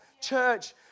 Church